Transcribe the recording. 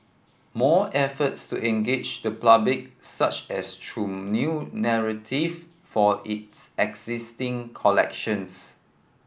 more efforts to engage the public such as through new narrative for its existing collections